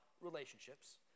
relationships